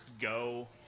go